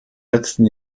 letzten